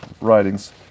writings